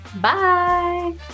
Bye